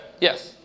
Yes